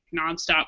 nonstop